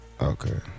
Okay